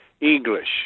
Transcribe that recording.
English